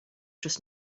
just